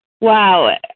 Wow